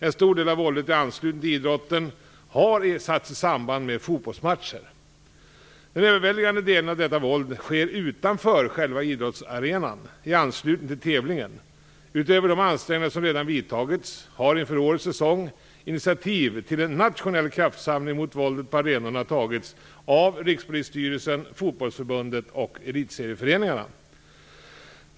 En stor del av våldet i anslutning till idrotten har satts i samband med fotbollsmatcher. Den överväldigande delen av detta våld sker utanför själva idrottsarenan i anslutning till tävlingen. Utöver de ansträngningar som redan vidtagits har inför årets säsong initiativ till en nationell kraftsamling mot våldet på arenorna tagits av Rikspolisstyrelsen, Fotbollförbundet och elitserieföreningarna.